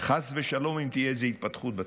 חס ושלום בחשבון אם תהיה איזה התפתחות בצפון,